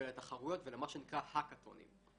לתחרויות ולמה שנקרא האקתונים.